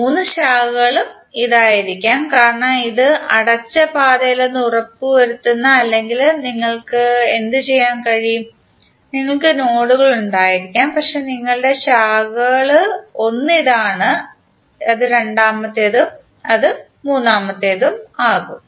മൂന്ന് ശാഖകളും ഇതായിരിക്കാം കാരണം ഇത് അടച്ച പാതയില്ലെന്ന് ഉറപ്പുവരുത്തുന്നു അല്ലെങ്കിൽ നിങ്ങൾക്ക് എന്തുചെയ്യാൻ കഴിയും നിങ്ങൾക്ക് നോഡുകൾ ഉണ്ടായിരിക്കാം പക്ഷേ നിങ്ങളുടെ ശാഖകൾ ഒന്ന് ഇതാണ് അത് രണ്ടാമത്തേതും അത് മൂന്നാമത്തേതും ആകാം